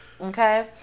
Okay